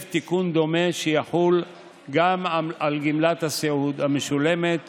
תיקון דומה שיחול על גמלת הסיעוד המשולמת